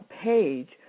page